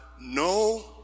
no